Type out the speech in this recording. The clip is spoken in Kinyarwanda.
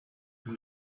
ngo